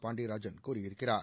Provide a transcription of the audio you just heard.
பாண்டியராஜன் கூறியிருக்கிறார்